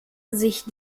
sich